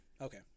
Okay